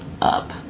up